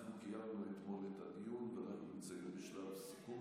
אנחנו קיימנו אתמול את הדיון ואנחנו נמצאים בשלב סיכום